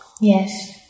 Yes